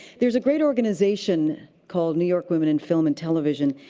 there's a great organization called new york women in film and television,